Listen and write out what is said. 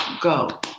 go